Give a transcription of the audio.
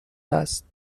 است